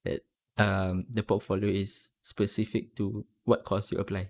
that um the portfolio is specific to what course you apply